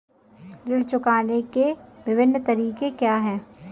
ऋण चुकाने के विभिन्न तरीके क्या हैं?